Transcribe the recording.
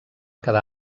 quedar